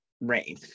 rain